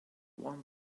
one